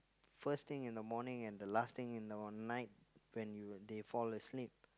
first thing in the morning and the last thing in the night when you they fall asleep